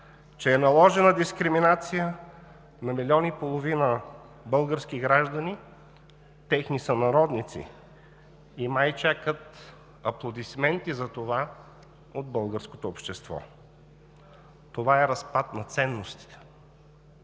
че е наложена дискриминация на милион и половина български граждани, техни сънародници и май чакат аплодисменти за това от българското общество. Това е разпад на ценностите.